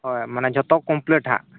ᱦᱳᱭ ᱢᱟᱱᱮ ᱡᱚᱛᱚ ᱠᱚᱢᱯᱞᱤᱴ ᱦᱟᱜ